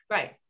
Right